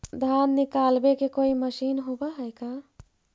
धान निकालबे के कोई मशीन होब है का?